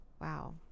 Wow